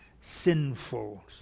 sinful